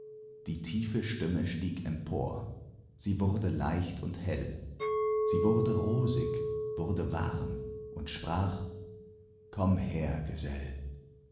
die tiefe stimme stieg empor sie wurde leicht und hell und wurde rosig wurde warm und sprach komm her gesell